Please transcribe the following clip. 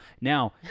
Now